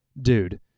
Dude